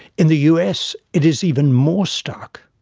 in the us, it is even more stark.